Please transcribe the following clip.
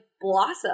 blossom